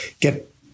get